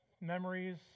memories